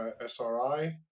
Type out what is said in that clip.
SRI